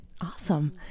Awesome